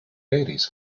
varies